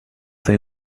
they